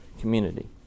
community